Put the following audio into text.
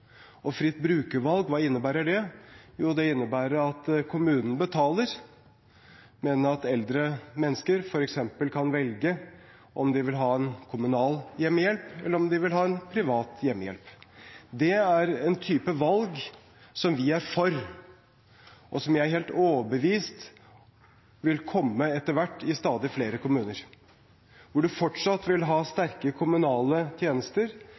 innebærer fritt brukervalg? Jo, det innebærer at kommunen betaler, men at eldre mennesker f.eks. kan velge om de vil ha en kommunal hjemmehjelp eller om de vil ha en privat hjemmehjelp. Det er en type valg som vi er for, og som jeg er helt overbevist om etter hvert vil komme i stadig flere kommuner – hvor man fortsatt vil ha sterke kommunale tjenester,